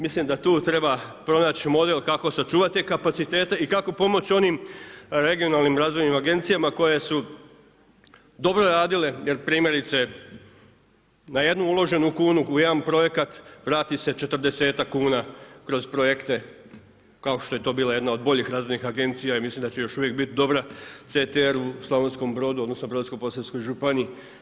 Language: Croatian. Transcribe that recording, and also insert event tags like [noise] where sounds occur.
Mislim da tu treba pronaći model kako sačuvati te kapacitete i kako pomoći onim regionalnim razvojnim agencijama koje su dobro radile jer primjerice, na jednu uloženu kunu u jedan projekat vrati se 40-ak kuna kroz projekte kao što je to bila jedna od boljih ... [unintelligible] agencija i mislim da će još uvijek biti dobra CTR u Slavonskom Brodu odnosno Brodsko-posavskoj županiji.